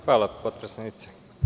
Hvala potpredsednice.